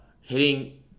hitting